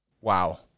wow